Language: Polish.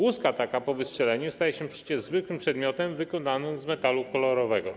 Łuska taka po wystrzeleniu staje się przecież zwykłym przedmiotem wykonanym z metalu kolorowego.